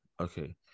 Okay